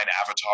avatar